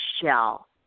shell